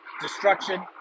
destruction